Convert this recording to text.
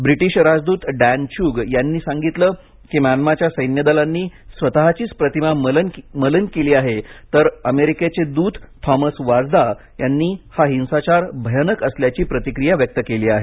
British राजदूत Dan Chugg यांनी सांगितलं की म्यानमाच्या सैन्य दलांनी स्वतःचीच प्रतिमा मलीन केली आहे तर अमेरिकेचे दूत थॉमस वाजदा यांनी हा हिंसाचार भयानक असल्याची प्रतिक्रिया व्यक्त केली आहे